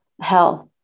health